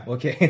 Okay